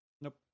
nope